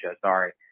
sorry